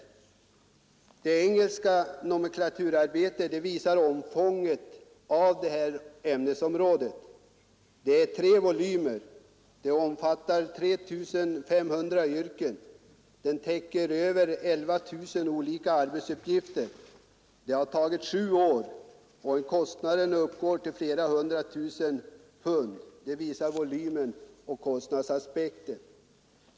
Det engelska nomenklaturarbetet visar omfånget av det här ämnesområdet. Det består av tre volymer, det omfattar 3 500 yrken och täcker över 11 000 olika arbetsuppgifter. Framställningen har tagit sju år och kostnaderna uppgår till flera hundratusen pund. Det belyser omfattningen och kostnadsaspekten.